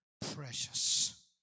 precious